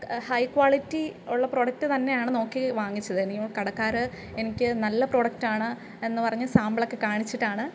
high quality ഉള്ള product തന്നെയാണ് നോക്കി വാങ്ങിച്ചത് കടക്കാര് എനിക്ക് നല്ല പ്രോഡക്ടാണ് എന്ന് പറഞ്ഞ് സാമ്പിളൊക്കെ കാണിച്ചിട്ടാണ്